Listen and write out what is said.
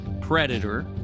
Predator